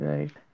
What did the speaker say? Right